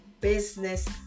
business